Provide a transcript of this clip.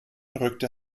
rückte